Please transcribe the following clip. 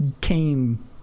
came